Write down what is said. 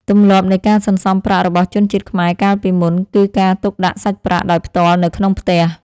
ទម្លាប់នៃការសន្សំប្រាក់របស់ជនជាតិខ្មែរកាលពីមុន គឺការទុកដាក់សាច់ប្រាក់ដោយផ្ទាល់នៅក្នុងផ្ទះ។